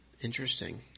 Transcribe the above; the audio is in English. Interesting